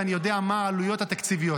ויודע מה העלויות התקציביות,